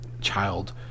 child